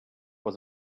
was